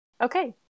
Okay